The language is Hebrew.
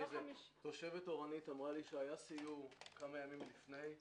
תושבת אורנית אמרה לי שהיה סיור כמה ימים לפני,